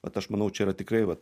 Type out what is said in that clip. vat aš manau čia yra tikrai vat